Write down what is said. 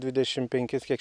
dvidešimt penkis kiek